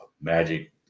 Magic